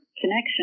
connection